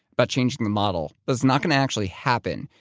about changing the model. but it's not going to actually happen.